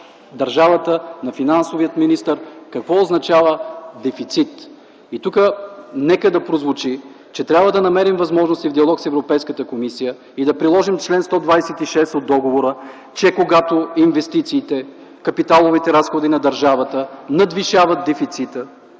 държавата и финансовия министър какво означава дефицит. Нека тук да прозвучи, че трябва да намерим възможности в диалог с Европейската комисия и да приложим чл. 126 от договора, когато инвестициите, капиталовите разходи на държавата надвишават дефицита,